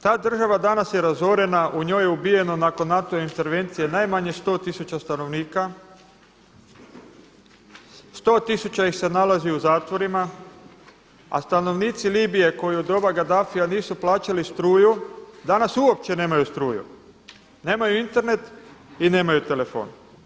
Ta država danas je razorena, u njoj je ubijeno nakon NATO intervencija najmanje 100 tisuća stanovnika, 100 tisuća ih se nalazi u zatvorima, a stanovnici Libije koji u doba Gaddafia nisu plaćali struju danas uopće nemaju struju, nemaju Internet i nemaju telefon.